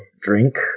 drink